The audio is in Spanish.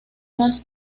más